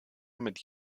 mit